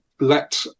let